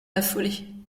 affolée